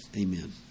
Amen